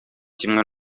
kimwe